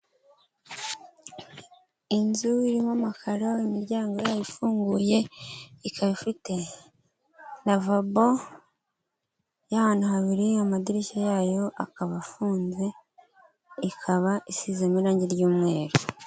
Inzu irimo amakara imiryango ifunguye, ikaba ifite ravabo y'ahantu habiri amadirishya yayo akaba afunze ikaba isize irangi ry'umweru.